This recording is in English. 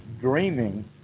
dreaming